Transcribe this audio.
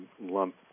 lump